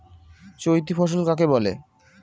চৈতি ফসল কাকে বলে?